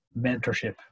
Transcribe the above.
mentorship